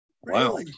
Wow